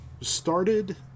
started